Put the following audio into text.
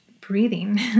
breathing